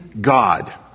God